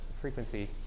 frequency